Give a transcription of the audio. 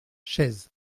chaises